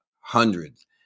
hundreds